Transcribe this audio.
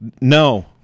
no